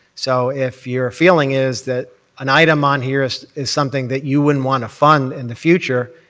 so if your feeling is that an item on here is is something that you wouldn't want to fund in the future,